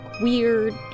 weird